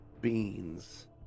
Beans